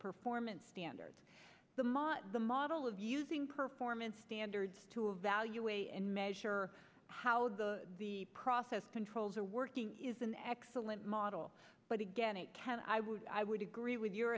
performance standards the mot the model of using performance standards to evaluate and measure how the process controls are working is an excellent model but again it can i would i would agree with your